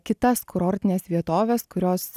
kitas kurortines vietoves kurios